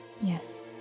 Yes